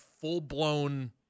full-blown